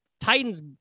Titans